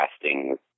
castings